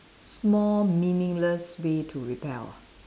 small meaningless way to rebel ah